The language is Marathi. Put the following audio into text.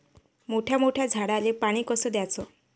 मोठ्या मोठ्या झाडांले पानी कस द्याचं?